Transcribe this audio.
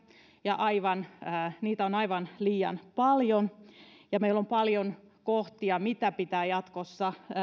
ja niitä on aivan liian paljon meillä on paljon kohtia mitä pitää jatkossa